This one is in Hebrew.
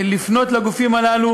לפנות לגופים הללו